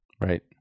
right